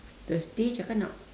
thursday cakap nak